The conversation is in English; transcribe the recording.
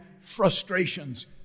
frustrations